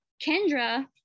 Kendra